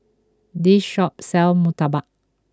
this shop sells Murtabak